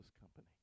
company